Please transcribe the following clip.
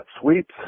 sweeps